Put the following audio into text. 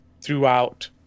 throughout